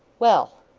well!